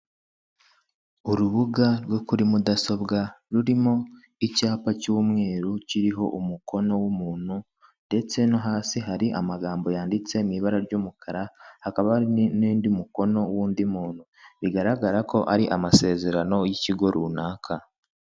Urubuga rwo kuri mudasobwa rurimo icyapa cy'umweru kiriho umukono w'umuntu ndetse no hasi hari amagambo yanditse mu ibara ry'umukara hakaba hari n'undi mukono w'umuntu. Bigaragara ko ari amasezerano y'ikigo runaka.